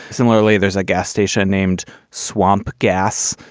similarly, there's a gas station named swamp gas,